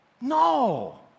No